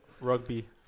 Rugby